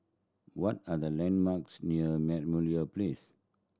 what are the landmarks near Place